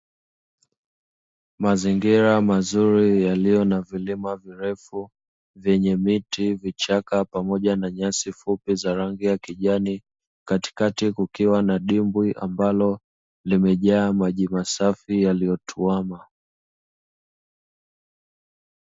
Mazingira mazuri yaliyo na vilima virefu vyenye miti ,vichaka pamoja na nyasi fupi za rangi ya kijani; katikati kukiwa na dimbwi ambalo yamejaa maji masafi yaliyotuama.